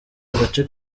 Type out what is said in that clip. agace